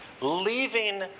leaving